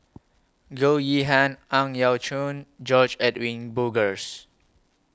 Goh Yihan Ang Yau Choon George Edwin Bogaars